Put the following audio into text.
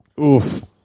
Oof